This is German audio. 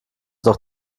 doch